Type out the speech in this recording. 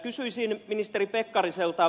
kysyisin ministeri pekkariselta